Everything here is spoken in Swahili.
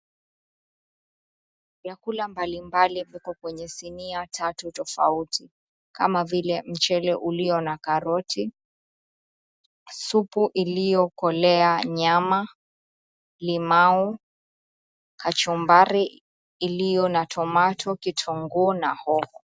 Vyakula mbalimbali viko kwenye sinia tatu tofauti kama vile mchele ulio na karoti, supu iliokolea nyama, limau, kachumbari ilio na tomato , kitunguu na hoho.